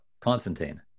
Constantine